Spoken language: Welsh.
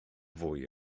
fwy